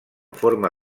forma